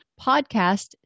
podcast